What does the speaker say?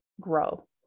grow